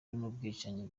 n’ubwicanyi